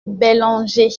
bellanger